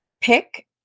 pick